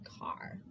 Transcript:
car